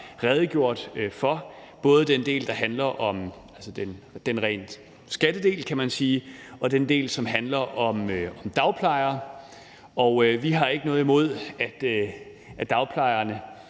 redegjort for. Der er både skattedelen, kan man sige, og den del, der handler om dagplejere. Vi har ikke noget imod, at dagplejerne